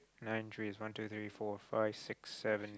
nine trees one two three four five six seven